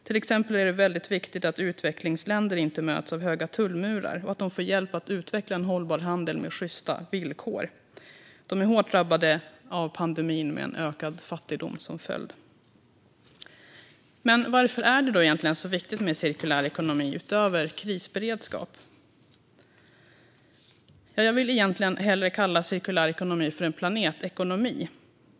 Till exempel är det väldigt viktigt att utvecklingsländer inte möts av höga tullmurar och att de får hjälp att utveckla en hållbar handel med sjysta villkor. De är hårt drabbade av pandemin, med en ökad fattigdom som följd. Men varför är det då så viktigt med cirkulär ekonomi utöver krisberedskap? Jag vill egentligen hellre kalla cirkulär ekonomi för en planetekonomi.